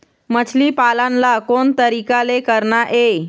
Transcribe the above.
मछली पालन ला कोन तरीका ले करना ये?